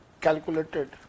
calculated